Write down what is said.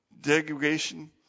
degradation